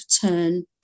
turn